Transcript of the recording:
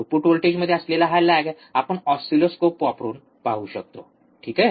output व्होल्टेजमध्ये असलेला हा लैग आपण ऑसिलोस्कोप वापरून पाहू शकतो ठीक आहे